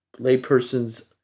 layperson's